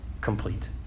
complete